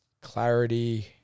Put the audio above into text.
clarity